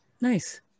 Nice